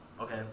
okay